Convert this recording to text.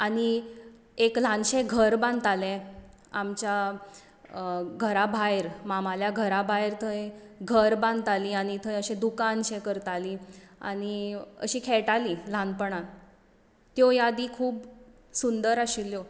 आनी एक ल्हानशें घर बांदतालें आमच्या घरा भायर मामाल्या घरा भायर थंय घर बांदतालीं आनी थंय अशें दुकान शें करतालीं आनी अशीं खेळटालीं ल्हानपणांत त्यो यादी खूब सुंदर आशिल्ल्यो